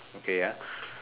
okay ah